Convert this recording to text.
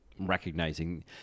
recognizing